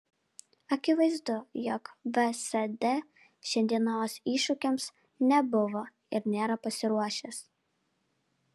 akivaizdu jog vsd šiandienos iššūkiams nebuvo ir nėra pasiruošęs